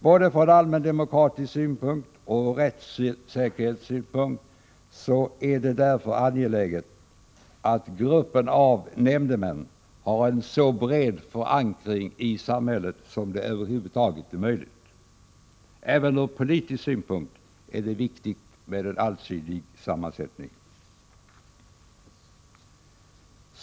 Både från allmän demokratisk synpunkt och från rättssäkerhetssynpunkt är det därför angeläget att gruppen av nämndemän har en så bred förankring i samhället som det över huvud taget är möjligt. Även ur politisk synpunkt är det viktigt med en allsidig sammansättning.